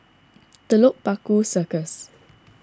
Telok Paku Circus